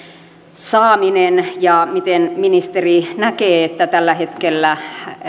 saaminen ja miten ministeri näkee että tällä hetkellä